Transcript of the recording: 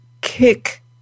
kick